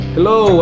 Hello